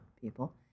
people